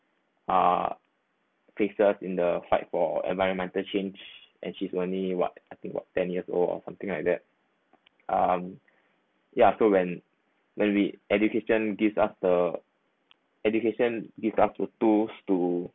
are princess in the fight for environmental change and she's only what I think about ten years old or something like that um ya so when when we education give us the education give us to tool to